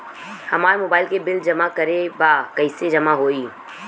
हमार मोबाइल के बिल जमा करे बा कैसे जमा होई?